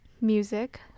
music